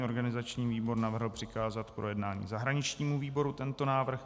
Organizační výbor navrhl k projednání zahraničnímu výboru tento návrh.